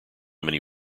many